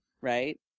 right